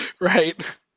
Right